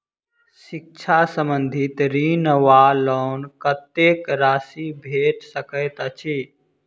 शिक्षा संबंधित ऋण वा लोन कत्तेक राशि भेट सकैत अछि?